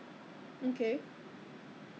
drive all the way there just to park 吃